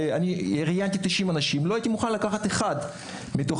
ראיינו 90 אנשים ושהם לא היו מוכנים לקחת אחד מתוך